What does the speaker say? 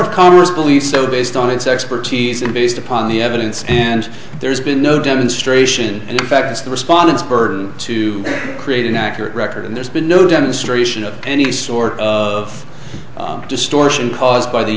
of commerce believes so based on its expertise and based upon the evidence and there's been no demonstration in fact it's the respondents to create an accurate record and there's been no demonstration of any sort of distortion caused by the